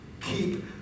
Keep